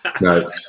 no